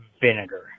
vinegar